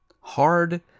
Hard